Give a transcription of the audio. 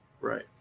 Right